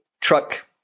truck